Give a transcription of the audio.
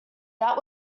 that